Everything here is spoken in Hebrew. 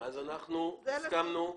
בסדר.